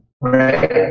Right